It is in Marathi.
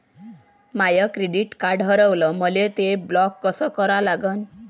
माय डेबिट कार्ड हारवलं, मले ते ब्लॉक कस करा लागन?